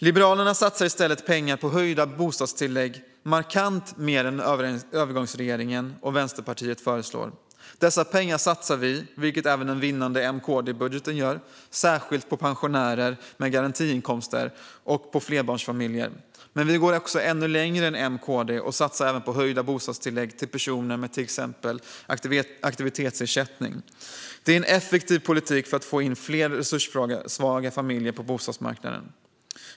Liberalerna satsar i stället pengar på att höja bostadstilläggen markant mer än övergångsregeringen och Vänsterpartiet föreslår. Dessa pengar satsar vi, vilket görs även i den vinnande M-KD-budgeten, särskilt på pensionärer med garantiinkomster och flerbarnsfamiljer. Men vi går längre än M och KD och satsar även på höjda bostadstillägg till personer med till exempel aktivitetsersättning. Detta är en effektiv politik för att få in fler resurssvaga familjer på bostadsmarknaden.